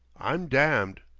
i'm damned!